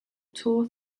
tour